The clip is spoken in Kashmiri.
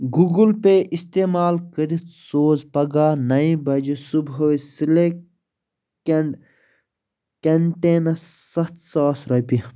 گوٗگٕل پے استعمال کٔرِتھ سوٗزِ پگاہ نیہِ بجہِ صبحٲے سلٮ۪ک کٮ۪نٛڈ کنٹینس ستھ ساس رۄپیہِ